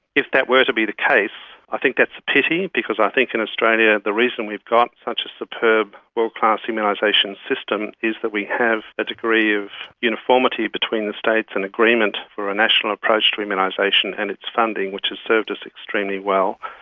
if that were to be the case i think that's a pity, because i think in australia the reason we've got such a superb world-class immunisation system is that we have a degree of uniformity between the states and agreement for a national approach to immunisation and its funding which has served us extremely well.